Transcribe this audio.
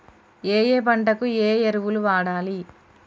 ఏయే పంటకు ఏ ఎరువులు వాడాలి?